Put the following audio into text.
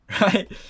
right